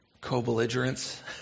co-belligerents